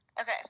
Okay